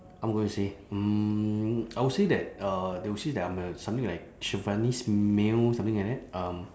I'm going to say mm I would say that uh they would say that I'm a something like chauvinist male something like that um